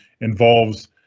involves